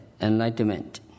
enlightenment